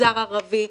מגזר ערבי,